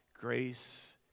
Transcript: grace